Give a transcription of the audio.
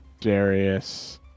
Darius